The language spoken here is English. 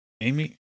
Amy